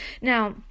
Now